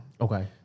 Okay